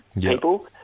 people